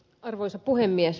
arvoisa puhemies